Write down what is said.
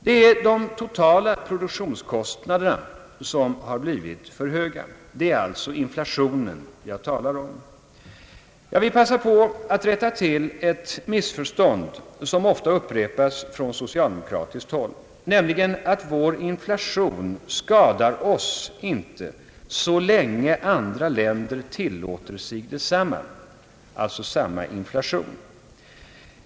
Det är i stället de totala produktionskostnaderna som har blivit för höga. Jag vill passa på att rätta till ett missförstånd som ofta upprepas från socialdemokratiskt håll, nämligen att vår inflation inte skadar oss så länge andra länder tillåter sig en motsvarande inflation.